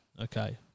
Okay